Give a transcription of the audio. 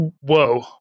Whoa